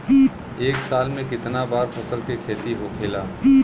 एक साल में कितना बार फसल के खेती होखेला?